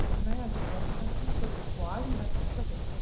can i ask you guys a question? so why do you have to flick it?